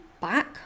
back